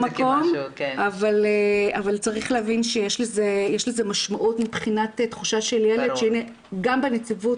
אבל צריך להבין שיש לזה משמעות מבחינת תחושה של ילד ש'גם בנציבות